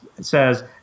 says